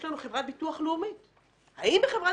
יש לנו חברת ביטוח לאומית; האם בחברת